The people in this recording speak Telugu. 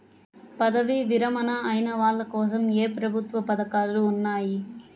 పదవీ విరమణ అయిన వాళ్లకోసం ఏ ప్రభుత్వ పథకాలు ఉన్నాయి?